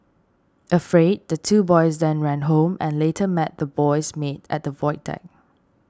afraid the two boys then ran home and later met the boy's maid at the void deck